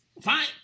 Fine